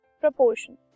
proportion